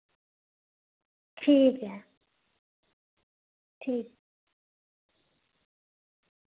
ठीक ऐ ठीक